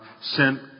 sent